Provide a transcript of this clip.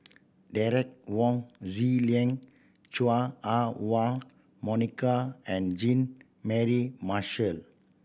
Derek Wong Zi Liang Chua Ah Huwa Monica and Jean Mary Marshall